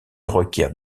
requiert